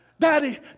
Daddy